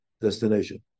destination